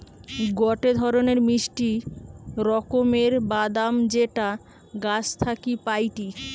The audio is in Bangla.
গটে ধরণের মিষ্টি রকমের বাদাম যেটা গাছ থাকি পাইটি